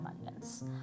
abundance